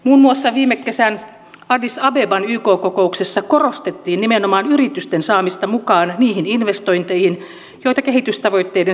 muun muassa viime kesän addis abeban yk kokouksessa korostettiin nimenomaan yritysten saamista mukaan niihin investointeihin joita kehitystavoitteiden saavuttaminen edellyttää